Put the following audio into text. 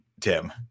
Tim